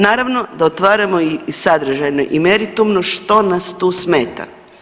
Naravno da otvaramo i sadržajno i meritumno što nas tu smeta.